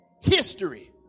History